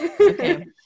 Okay